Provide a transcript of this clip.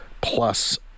plus